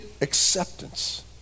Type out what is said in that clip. acceptance